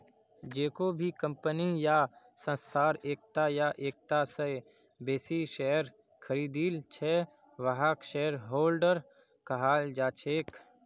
जेको भी कम्पनी या संस्थार एकता या एकता स बेसी शेयर खरीदिल छ वहाक शेयरहोल्डर कहाल जा छेक